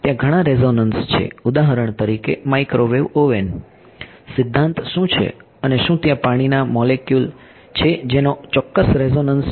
ત્યાં ઘણા રેઝોનન્સ છે ઉદાહરણ તરીકે માઇક્રોવેવ ઓવેન સિદ્ધાંત શું છે અને શું ત્યાં પાણીના મોલેક્યુલ છે જેનો ચોક્કસ રેઝોનન્સ છે